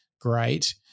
great